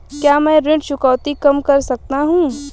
क्या मैं ऋण चुकौती कम कर सकता हूँ?